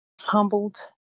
humbled